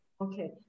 Okay